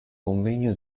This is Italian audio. convegno